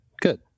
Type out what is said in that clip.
Good